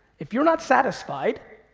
if you're not satisfied,